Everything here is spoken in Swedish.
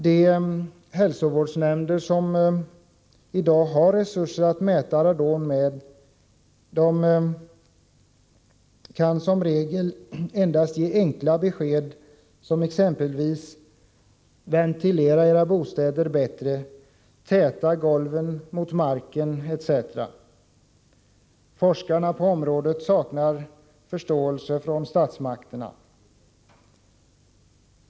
De hälsovårdsnämnder som i dag har resurser att mäta radon kan i regel endast ge enkla besked, exempelvis: Ventilera era bostäder och täta golven mot marken. Forskarna på området saknar förståelse från statsmakterna.